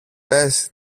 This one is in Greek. πες